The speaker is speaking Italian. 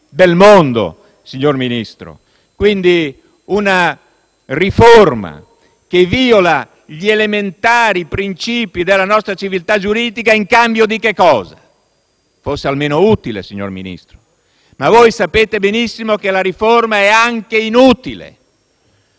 del mondo. Quindi si tratta di una riforma che viola gli elementari principi della nostra civiltà giuridica. In cambio di che cosa? Fosse almeno utile, signor Ministro. Ma voi sapete benissimo che la riforma è anche inutile: